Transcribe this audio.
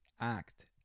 act